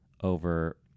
over